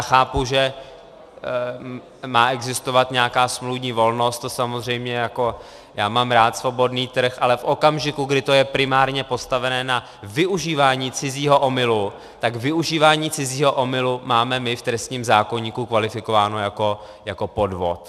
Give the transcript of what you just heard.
Chápu, že má existovat nějaká smluvní volnost, to samozřejmě já mám rád svobodný trh, ale v okamžiku, kdy to je primárně postaveno na využívání cizího omylu, tak využívání cizího omylu máme my v trestním zákoníku kvalifikováno jako podvod.